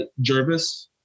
Jervis